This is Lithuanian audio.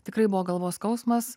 tikrai buvo galvos skausmas